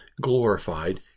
glorified